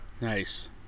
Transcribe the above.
Nice